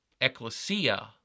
Ecclesia